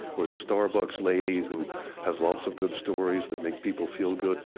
or the starbucks lady who has lots of good stories that make people feel good.